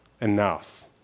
enough